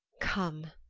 come,